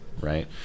right